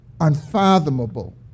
unfathomable